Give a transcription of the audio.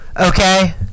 okay